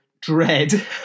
dread